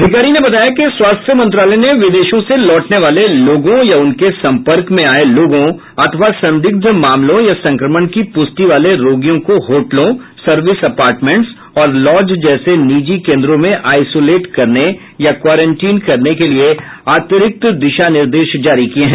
अधिकारी ने बताया कि स्वास्थ्य मंत्रालय ने विदेशों से लौटने वाले लोगों या उनके संपर्क में आये लोगों अथवा संदिग्ध मामलों या संक्रमण की पुष्टि वाले रोगियों को होटलों सर्विस अपार्टमेंट्स और लॉज जैसे निजी केंद्रों में आइसोलेट करने या क्वारंटीन करने के लिए अतिरिक्त दिशा निर्देश जारी किये हैं